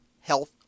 health